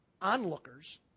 onlookers